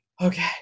Okay